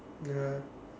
ya